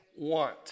want